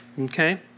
Okay